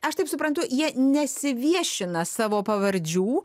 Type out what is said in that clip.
aš taip suprantu jie nesiviešina savo pavardžių